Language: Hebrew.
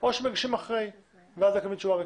או שמגישים אחרי ואז מקבלים תשובה מכם.